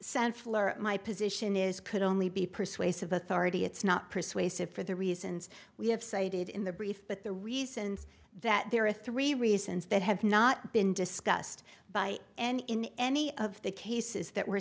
floor my position is could only be persuasive authority it's not persuasive for the reasons we have cited in the brief but the reasons that there are three reasons that have not been discussed by and in any of the cases that were